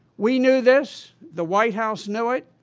we knew this, the white house knew it,